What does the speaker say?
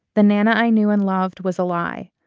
the nana i knew and loved was a lie.